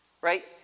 right